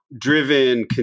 driven